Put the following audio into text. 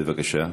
בבקשה.